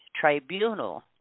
tribunal